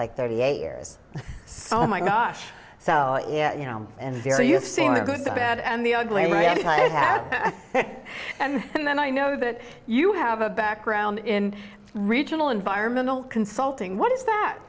like thirty eight years so my gosh so yeah you know and very you've seen the good the bad and the ugly way hat and then i know that you have a background in regional environmental consulting what is that